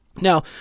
Now